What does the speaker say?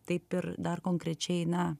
taip ir dar konkrečiai na